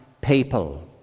people